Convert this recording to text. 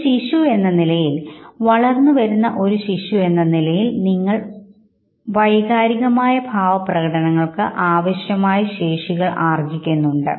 ഒരു ശിശു എന്ന നിലയിൽ വളർന്നുവരുന്ന ഒരു ശിശു എന്ന നിലയിൽ നിങ്ങൾക്ക് വൈകാരികമായ ഭാവപ്രകടനങ്ങൾക്ക് ആവശ്യമായ ശേഷികൾ ഉണ്ട്